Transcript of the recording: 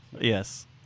Yes